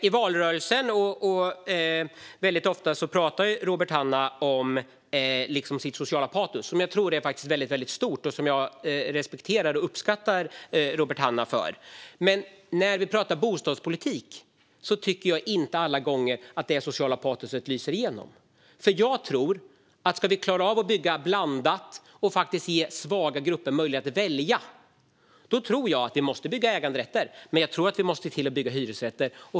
I valrörelsen och väldigt ofta annars talar Robert Hannah om sitt sociala patos, som jag tror är stort och som jag respekterar och uppskattar Robert Hannah för. Men när vi talar om bostadspolitik tycker jag inte att det sociala patoset alla gånger lyser igenom. Ska vi klara av att bygga blandat och ge svaga grupper möjlighet att välja, då måste vi bygga bostadsrätter och hyresrätter.